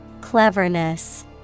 Cleverness